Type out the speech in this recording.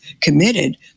committed